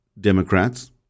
Democrats